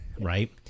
right